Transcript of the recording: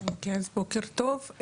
בוקר טוב,